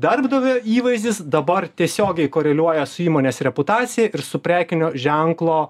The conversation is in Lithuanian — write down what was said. darbdavio įvaizdis dabar tiesiogiai koreliuoja su įmonės reputacija ir su prekinio ženklo